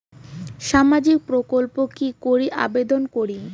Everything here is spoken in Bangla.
সামাজিক প্রকল্পত কি করি আবেদন করিম?